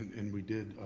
and we did,